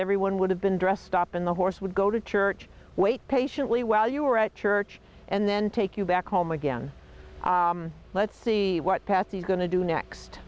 everyone would have been dressed up in the horse would go to church wait patiently while you were at church and then take you back home again let's see what path you're going to do next